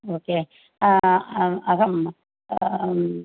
okay अहं आम्